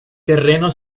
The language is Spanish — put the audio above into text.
terreno